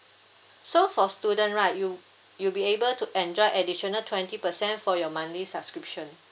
so for student right you you'll be able to enjoy additional twenty percent for your monthly subscription